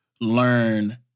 learn